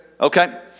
okay